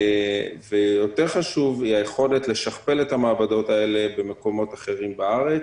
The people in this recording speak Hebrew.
ויותר חשובה היא היכולת לשכפל את המעבדות האלה במקומות אחרים בארץ.